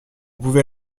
pouvait